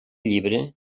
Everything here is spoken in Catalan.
llibre